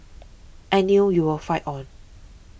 I knew you will fight on